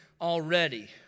already